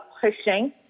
pushing